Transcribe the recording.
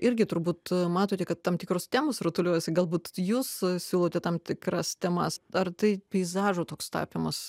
irgi turbūt matote kad tam tikros temos rutuliojasi galbūt jūs siūlote tam tikras temas ar tai peizažo toks tapymas